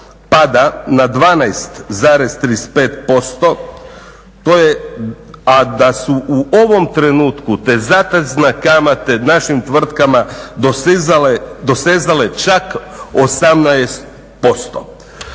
pada na 12,35%. To je, a da su u ovom trenutku te zatezne kamate našim tvrtkama dosezale čak 18%.